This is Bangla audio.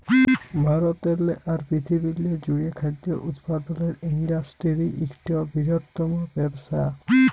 ভারতেরলে আর পিরথিবিরলে জ্যুড়ে খাদ্য উৎপাদলের ইন্ডাসটিরি ইকট বিরহত্তম ব্যবসা